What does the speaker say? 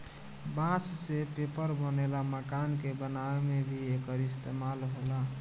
बांस से पेपर बनेला, मकान के बनावे में भी एकर इस्तेमाल होला